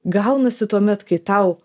gaunasi tuomet kai tau